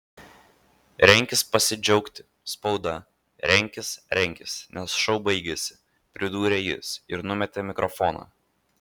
renkis pasidžiaugti spauda renkis renkis nes šou baigėsi pridūrė jis ir numetė mikrofoną